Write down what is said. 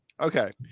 Okay